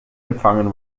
empfangen